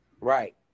right